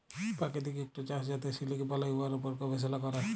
পাকিতিক ইকট চাষ যাতে সিলিক বালাই, উয়ার উপর গবেষলা ক্যরে